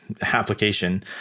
application